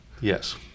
yes